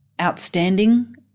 outstanding